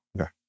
Okay